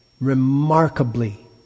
remarkably